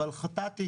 אבל חטאתי